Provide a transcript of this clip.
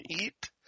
eat